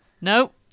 Nope